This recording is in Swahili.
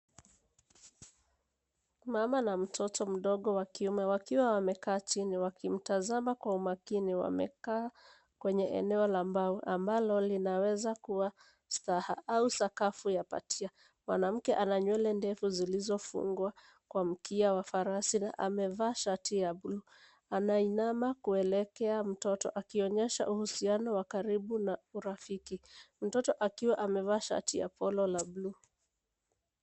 Mama na mtoto mdogo wa kiume wakiwa wamekaa chini wakimtazama kwa umakini wamekaa kwenye eneo la mbao ambalo linaweza kuwa staha au sakafu ya patia. Mwanamke ana nywele ndefu zilizofungwa kwa mkia wa farasi na amevaa shati ya buluu. Anainama kuelekea mtoto akionyesha uhusiano wa karibu na urafiki mtoto akiwa amevaa shati ya polo la buluu.